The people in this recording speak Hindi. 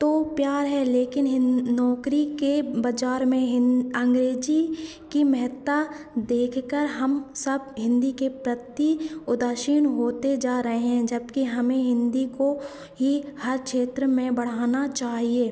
तो प्यार है लेकिन नौकरी के बाज़ार में अँग्रेजी की महत्ता देखकर हम सब हिन्दी के प्रति उदासीन होते जा रहे हैं जबकि हमें हिन्दी को ही हर क्षेत्र में बढ़ाना चाहिए